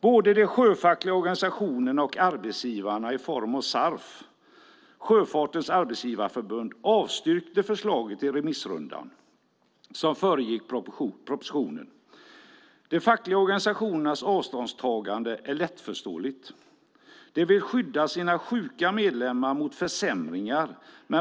Både de sjöfackliga organisationerna och arbetsgivarna i form av SARF, Sjöfartens Arbetsgivareförbund, avstyrkte förslaget i remissrundan som föregick propositionen. De fackliga organisationernas avståndstagande är lättförståeligt - de vill skydda sina sjuka medlemmar mot försämringar.